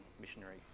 missionary